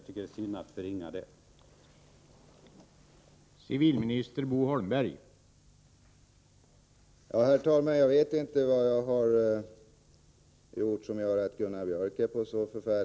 Det är synd att förringa vad han gjorde.